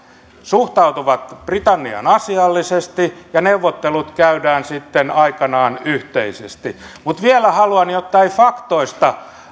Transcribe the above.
suhtautuvat britanniaan asiallisesti ja neuvottelut käydään sitten aikanaan yhteisesti mutta vielä haluan sanoa jotta ei faktoista